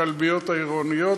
בכלביות העירוניות.